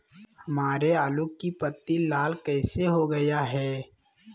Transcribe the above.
हमारे आलू की पत्ती लाल कैसे हो गया है?